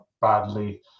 badly